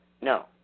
No